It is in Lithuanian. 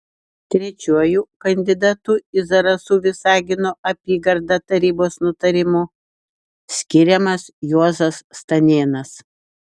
trečiuoju kandidatu į zarasų visagino apygardą tarybos nutarimu skiriamas juozas stanėnas